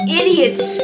idiots